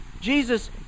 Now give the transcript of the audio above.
Jesus